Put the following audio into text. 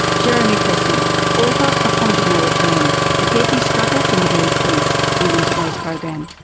jeremy pressman author of point of no return the deadly struggle for middle east peace ending today's program.